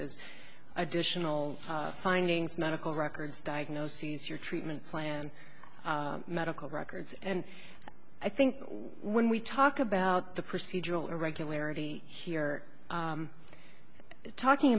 is additional findings medical records diagnoses your treatment plan medical records and i think when we talk about the procedural irregularity here talking